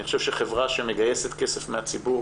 אני חושב שחברה שמגייסת כסף מהציבור